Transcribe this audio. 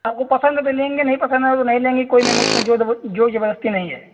आपको पसंद है तो लेंगे नहीं पसंद है तो नहीं लेंगे कोई नहीं मेम उसमे जोर जबर जोर जबरदस्ती नहीं है